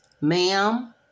Ma'am